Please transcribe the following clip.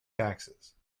taxes